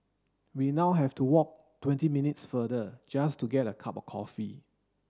we now have to walk twenty minutes farther just to get a cup of coffee